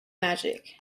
magic